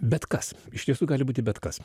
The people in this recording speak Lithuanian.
bet kas iš tiesų gali būti bet kas